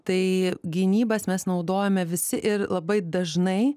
tai gynybas mes naudojame visi ir labai dažnai